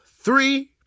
three